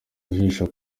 ijisho